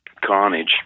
carnage